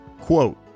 quote